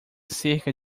cerca